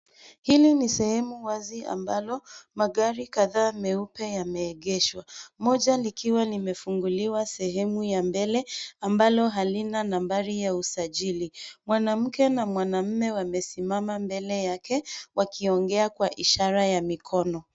Hili ni sehemu wazi ambalo magari kadhaa meupe yameegeshwa. Moja likiwa limefunguliwa sehemu ya mbele, ambalo halina nambari ya usajili. Mwanamke na mwanamume wamesimama mbele yake, wakiongea kwa ishara ya mikono.